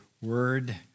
word